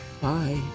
bye